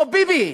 או ביבי